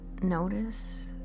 Notice